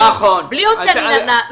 בלי יוצא מן הכלל,